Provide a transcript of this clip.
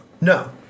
No